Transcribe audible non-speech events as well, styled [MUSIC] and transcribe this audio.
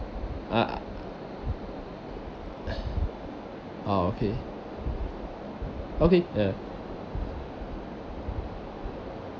uh [NOISE] oh okay okay ya